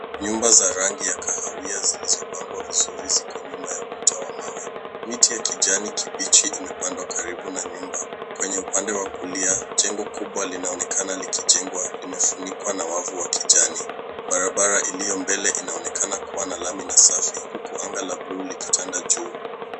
Nyumba za rangi ya kahawia zilizopangwa vizuri ziko nyuma ya ukuta wa mawe. Miti ya kijani kibichi imepandwa karibu na nyumba. Kwenye upande wa kulia, jengo kubwa linaonekana likijengwa, limefunikwa na wavu wa kijani. Barabara iliyo mbele inaonekana kuwa na lami na safi huku anga la bluu likitanda juu.